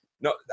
no